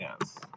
Yes